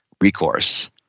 recourse